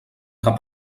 cap